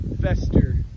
fester